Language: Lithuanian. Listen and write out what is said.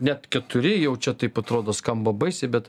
net keturi jau čia taip atrodo skamba baisiai bet